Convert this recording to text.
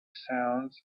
sounds